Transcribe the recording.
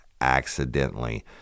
accidentally